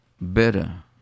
better